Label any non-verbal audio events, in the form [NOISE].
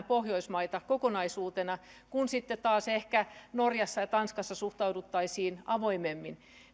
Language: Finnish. [UNINTELLIGIBLE] pohjoismaita kokonaisuutena kun taas ehkä norjassa ja tanskassa suhtauduttaisiin avoimemmin